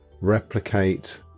replicate